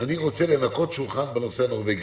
אני רוצה לנקות שולחן בנושא הנורווגי.